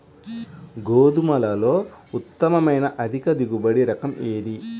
గోధుమలలో ఉత్తమమైన అధిక దిగుబడి రకం ఏది?